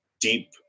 deep